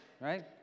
right